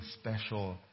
special